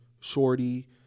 shorty